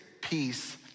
peace